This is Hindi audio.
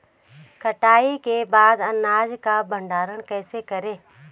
कटाई के बाद अनाज का भंडारण कैसे करें?